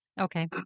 Okay